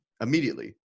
immediately